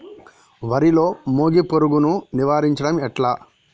వరిలో మోగి పురుగును నివారించడం ఎట్లా?